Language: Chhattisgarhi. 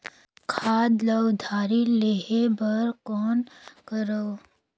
खाद ल उधारी लेहे बर कौन करव?